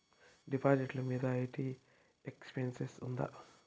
డిపాజిట్లు మీద IT exemption ఉందా?